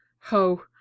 Ho